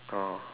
oh